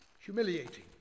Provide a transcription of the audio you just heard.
humiliating